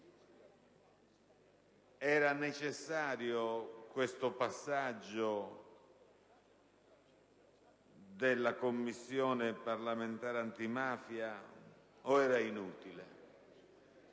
Era necessario questo passaggio della Commissione parlamentare antimafia, o era inutile?